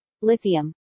lithium